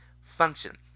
function